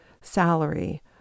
salary